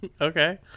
Okay